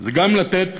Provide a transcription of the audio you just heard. זה גם לתת